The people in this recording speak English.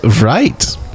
right